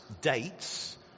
dates